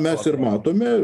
mes ir matome